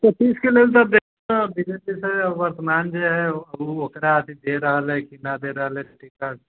पच्चीस के लेल देखु बी जे पी से वर्तमान जे है ओ ओकरा देय रहल अछि कि ना देय रहल अछि टिकट